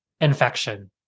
infection